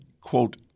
quote